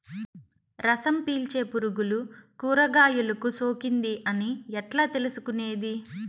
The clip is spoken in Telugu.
రసం పీల్చే పులుగులు కూరగాయలు కు సోకింది అని ఎట్లా తెలుసుకునేది?